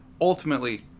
ultimately